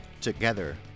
Together